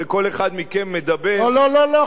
הרי כל אחד מכם מדבר, לא, לא, לא.